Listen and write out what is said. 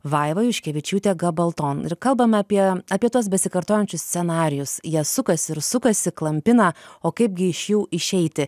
vaiva juškevičiūtė gabalton ir kalbam apie apie tuos besikartojančius scenarijus jie sukasi ir sukasi klampina o kaipgi iš jų išeiti